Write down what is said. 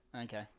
Okay